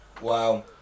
Wow